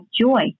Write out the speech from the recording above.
joy